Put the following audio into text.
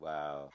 Wow